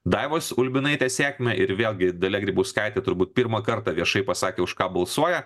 daivos ulbinaitės sėkmę ir vėlgi dalia grybauskaitė turbūt pirmą kartą viešai pasakė už ką balsuoja